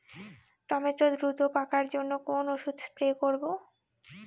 Tomato দ্রুত পাকার জন্য কোন ওষুধ স্প্রে করব?